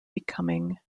becoming